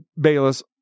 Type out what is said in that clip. Bayless